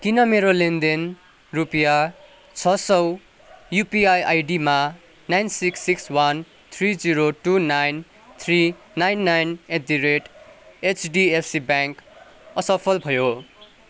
किन मेरो लेनदेन रुपियाँ छ सौ युपिआइ आइडीमा nine six six one three zero two nine three nine nine eight the rate HDFC bank असफल भयो